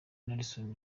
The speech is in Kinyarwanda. nelson